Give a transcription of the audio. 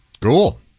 Cool